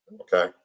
Okay